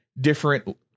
different